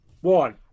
one